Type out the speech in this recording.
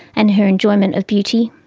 and her enjoyment of beauty.